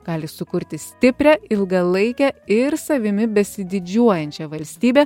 gali sukurti stiprią ilgalaikę ir savimi besididžiuojančią valstybę